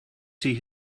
see